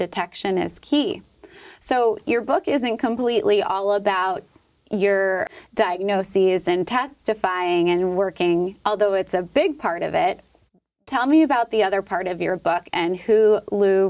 detection is key so your book isn't completely all about your diagnoses and testifying and working although it's a big part of it tell me about the other part of your book and who l